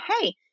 hey